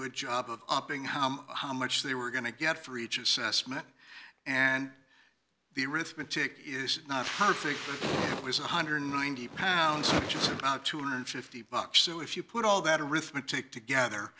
good job of upping how how much they were going to get for each assessment and the arithmetic is not perfect it was one hundred and ninety pounds about two hundred and fifty dollars so if you put all that arithmetic together